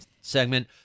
segment